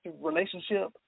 relationship